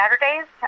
Saturdays